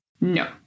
No